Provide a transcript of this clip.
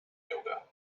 yoga